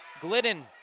Glidden